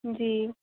जी